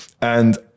And-